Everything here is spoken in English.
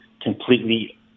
completely